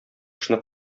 эшне